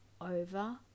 over